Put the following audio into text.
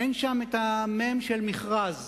אין שם המ"ם של מכרז.